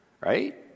right